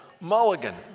Mulligan